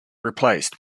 replaced